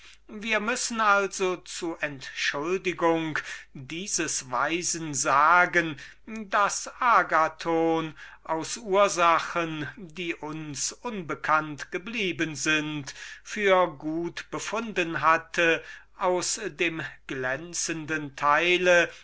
wir müssen also zur entschuldigung dieses weisen sagen daß agathon aus ursachen die uns unbekannt geblieben für gut befunden habe von dem glänzenden teil